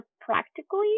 practically